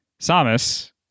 Samus